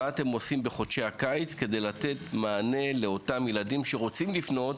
מה אתם עושים בחודשי הקיץ כדי לתת מענה לאותם ילדים שרוצים לפנות